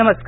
नमस्कार